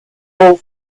all